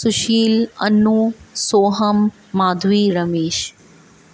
Sushil Anu Soham Madhavi Ramesh